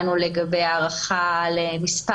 לגבי ועדות